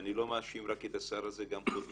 ואני לא מאשים רק את השר הזה, גם קודמיו.